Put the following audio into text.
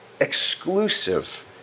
exclusive